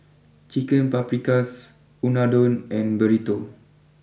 Chicken Paprikas Unadon and Burrito